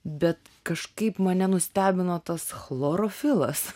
bet kažkaip mane nustebino tas chlorofilas